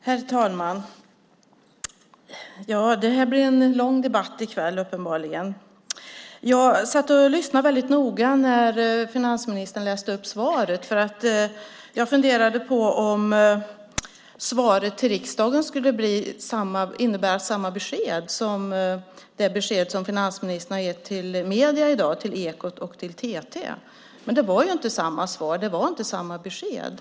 Herr talman! Det blir uppenbarligen en lång debatt i kväll. Jag satt och lyssnade noga när finansministern läste upp svaret eftersom jag funderade på om svaret till riksdagen skulle innebära samma besked som det besked som finansministern har gett till medierna i dag - till Ekot och till TT. Men det var inte samma svar. Det var inte samma besked.